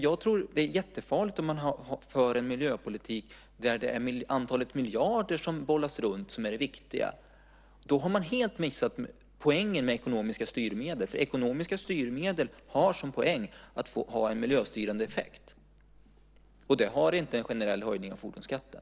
Jag tror att det är jättefarligt om man för en miljöpolitik där det viktiga är antalet miljarder som bollas runt. Då har man helt missat poängen med ekonomiska styrmedel. Poängen med ekonomiska styrmedel är nämligen att de ska ha en miljöstyrande effekt. Det har inte en generell höjning av fordonsskatten.